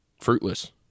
fruitless